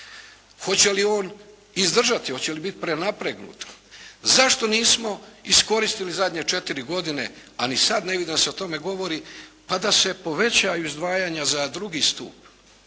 Hoće li on izdržati, hoće li biti prenapregnut? Zašto nismo iskoristili zadnje četiri godine a ni sad ne vidim da se o tome govori pa da se povećaju izdvajanju za drugi stup.